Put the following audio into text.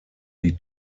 die